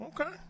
Okay